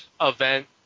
event